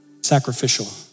sacrificial